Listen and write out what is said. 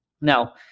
Now